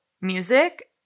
music